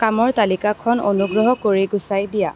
কামৰ তালিকাখন অনুগ্ৰহ কৰি গুচাই দিয়া